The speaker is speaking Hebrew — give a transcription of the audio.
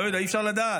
לא יודע, אי-אפשר לדעת.